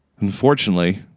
Unfortunately